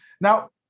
Now